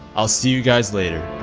i'll see you guys later!